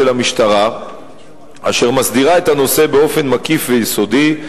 המשטרה אשר מסדירה את הנושא באופן מקיף ויסודי,